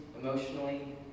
emotionally